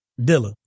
Dilla